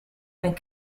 and